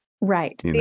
Right